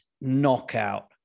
knockout